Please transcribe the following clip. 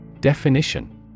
Definition